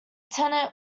tenant